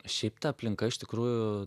šiaip ta aplinka iš tikrųjų